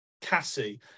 Cassie